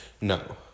no